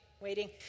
waiting